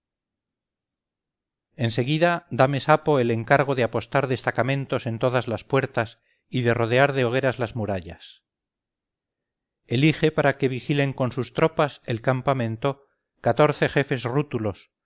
seguida da mesapo el encargo de apostar destacamentos en todas las puertas y de rodear de hogueras las murallas elige para que vigilen con sus tropas el campamento catorce jefes rútulos